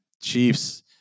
chiefs